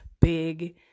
big